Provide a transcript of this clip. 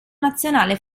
nazionale